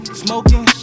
smoking